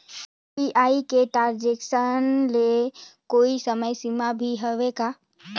UPI के transaction ले कोई समय सीमा भी हवे का?